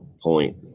point